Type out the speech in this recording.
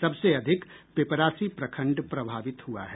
सबसे अधिक पिपरासी प्रखंड प्रभावित हुआ है